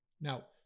Now